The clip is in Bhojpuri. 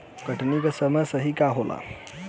कटनी के सही समय का होला?